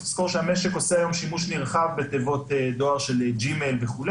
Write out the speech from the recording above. צריך לזכור שהמשק עושה היום שימוש נרחב בתיבות דוא"ל של ג'ימייל וכולי.